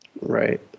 Right